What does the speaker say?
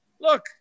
Look